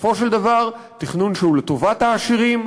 בסופו של דבר, תכנון שהוא לטובת העשירים,